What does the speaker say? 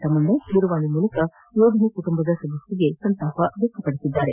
ತಮ್ಮಣ್ಣ ದೂರವಾಣಿ ಮೂಲಕ ಯೋಧನ ಕುಟುಂಬದ ಸದಸ್ಕರಿಗೆ ಸಂತಾಪ ವ್ಯಕ್ಲಪಡಿಸಿದ್ದಾರೆ